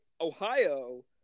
Ohio